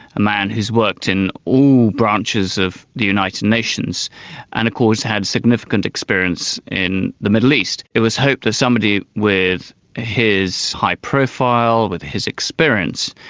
a man who's worked in all branches of the united nations and of course had significant experience in the middle east. it was hoped that somebody with his high profile, with his experience,